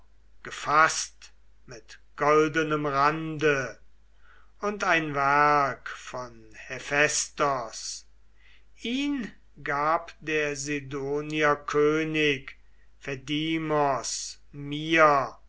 gefaßt mit goldenem rande und ein werk von hephaistos ihn gab der sidonier könig phaidimos mir